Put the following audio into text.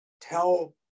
tell